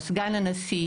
סגן הנשיא,